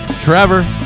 Trevor